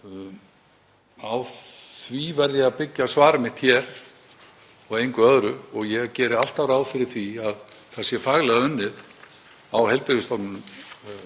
Á því verð ég að byggja svar mitt hér og engu öðru og ég geri alltaf ráð fyrir því að það sé faglega unnið á heilbrigðisstofnunum